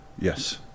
yes